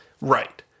right